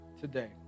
today